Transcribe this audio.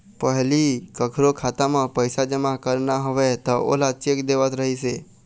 पहिली कखरो खाता म पइसा जमा करना होवय त ओला चेक देवत रहिस हे